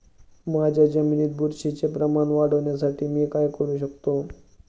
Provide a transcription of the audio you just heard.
माझ्या जमिनीत बुरशीचे प्रमाण वाढवण्यासाठी मी काय करू शकतो?